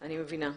לסיכום,